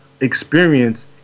experience